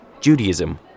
Judaism